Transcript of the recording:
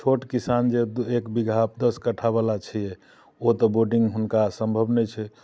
छोट किसान जे एक बिगहा दस कट्ठावला छै ओ तऽ बोडिंग हुनका सम्भव नहि छै